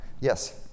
Yes